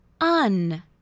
un